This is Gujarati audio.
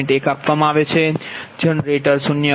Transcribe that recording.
1 આપવામાં આવે છે જનરેટર 0